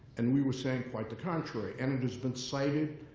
and we were saying quite the contrary. and it has been cited,